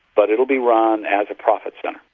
but it will be run as a profit centre.